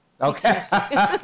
Okay